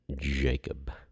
Jacob